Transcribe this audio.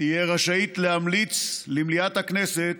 תהיה רשאית להמליץ למליאת הכנסת